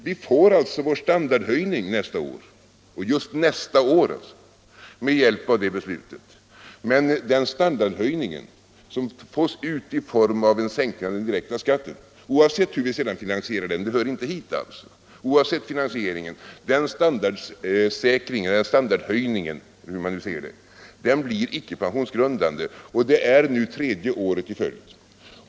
Vi får alltså vår standardhöjning just nästa år med hjälp av det beslutet, men den standardhöjningen, som vi erhåller i form av en sänkning av den direkta skatten — oavsett hur den finansieras, det hör inte hit — blir icke pensionsgrundande, och det är nu tredje året i följd.